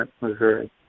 Missouri